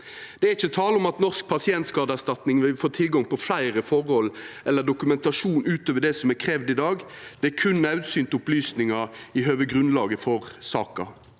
Det er ikkje tale om at Norsk pasientskadeerstatning vil få tilgang til fleire forhold eller dokumentasjon utover det som er kravd i dag, berre naudsynte opplysningar i høve grunnlaget for saka.